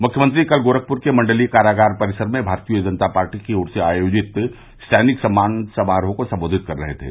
मुख्यमंत्री कल गोरखप्र के मण्डलीय कारागार परिसर में भारतीय जनता पार्टी की ओर से आयोजित सैनिक सम्मान समारोह को सम्बोधित कर रहे थे